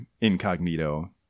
incognito